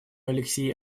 алексей